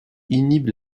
inhibe